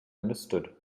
understood